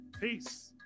Peace